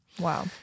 Wow